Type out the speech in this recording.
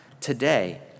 today